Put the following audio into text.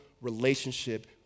relationship